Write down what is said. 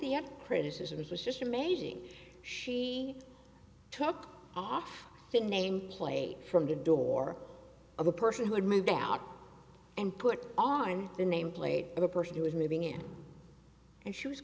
the criticisms was just amazing she took off the name plate from the door of a person who had moved out and put on the nameplate of a person who was moving in and she was